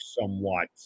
somewhat